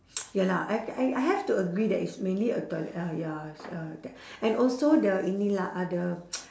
ya lah I I I have to agree that it's mainly a uh ya uh that and also the inilah ada